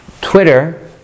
Twitter